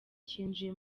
cyinjiye